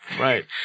Right